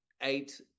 eight